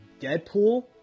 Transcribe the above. Deadpool